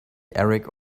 eric